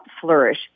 flourish